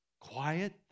quiet